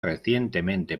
recientemente